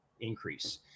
increase